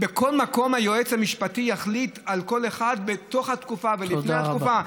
בכל מקום היועץ המשפטי יחליט על כל אחד בתוך התקופה ולפני התקופה.